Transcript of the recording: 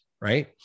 right